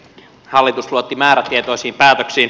hallitus luotti määrätietoisiin päätöksiin